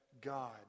God